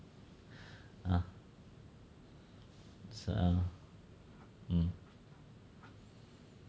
uh it's uh um